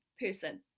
Person